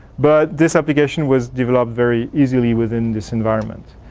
but this application was developed very easily within this environment.